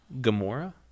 Gamora